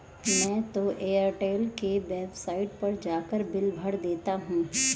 मैं तो एयरटेल के वेबसाइट पर जाकर बिल भर देता हूं